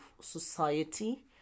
society